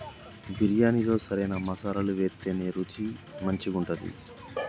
బిర్యాణిలో సరైన మసాలాలు వేత్తేనే రుచి మంచిగుంటది